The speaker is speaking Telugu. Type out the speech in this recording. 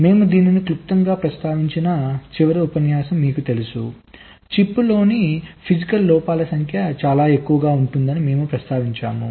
మేము దీనిని క్లుప్తంగా ప్రస్తావించిన చివరి ఉపన్యాసం మీకు తెలుసు చిప్లోని శారీరక లోపాల సంఖ్య చాలా ఎక్కువగా ఉంటుందని మేము ప్రస్తావించాము